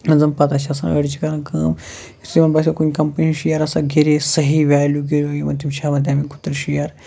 یِمَن زَن پتاہ چھِ آسان أڑۍ چھِ کَران کٲم یُتھٕے یِمَن باسٮ۪و کُنہِ کمپٔنی ہُنٛد شِیر ہسا گِریے صحیح ویلیوٗ گِریو یِمَن تِم چھِ ہٮ۪وان تَمیُک تِم شِیر